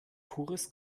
pures